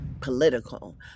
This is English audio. political